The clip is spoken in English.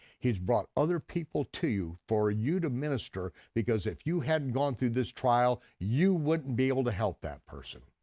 he's brought other people to you for you to minister, because if you hadn't gone through this trial, you wouldn't be able to help that person.